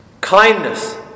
Kindness